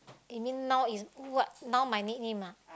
you mean now is what now my nick name ah